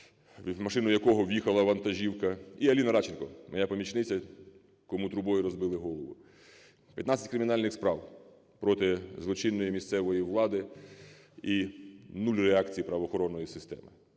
в машину якого в'їхала вантажівка. І Аліна Радченко, моя помічниця, кому трубою розбили голову. 15 кримінальних справ проти злочинної місцевої влади - і нуль реакції правоохоронної системи.